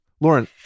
Lauren